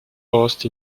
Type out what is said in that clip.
post